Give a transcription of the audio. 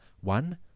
One